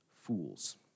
fools